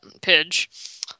Pidge